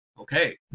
okay